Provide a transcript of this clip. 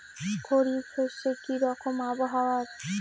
খরিফ শস্যে কি রকম আবহাওয়ার?